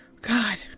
god